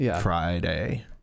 Friday